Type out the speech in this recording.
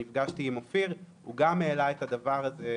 כשנפגשתי עם אופיר הוא גם העלה את הדבר הזה,